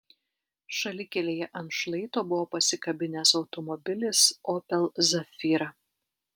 šalikelėje ant šlaito buvo pasikabinęs automobilis opel zafira